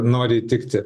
nori įtikti